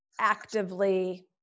actively